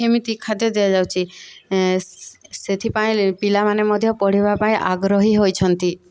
ଏମିତି ଖାଦ୍ୟ ଦିଆଯାଉଛି ସେଥିପାଇଁ ପିଲାମାନେ ମଧ୍ୟ ପଢ଼ିବା ପାଇଁ ଆଗ୍ରହୀ ହୋଇଛନ୍ତି